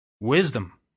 Wisdom